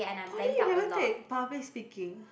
Poly you never take public speaking